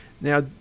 now